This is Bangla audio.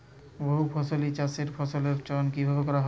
বহুফসলী চাষে ফসলের চয়ন কীভাবে করা হয়?